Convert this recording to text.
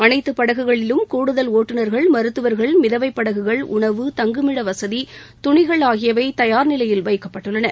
அனைத்து படகுகளிலும் கூடுதல் ஒட்டுநர்கள் மருத்துவர்கள் மிதவை படகுகள் உணவு தங்குமிட வசதி துணிகள் ஆகியவை தயார் நிலையில் வைக்கப்பட்டுள்ளன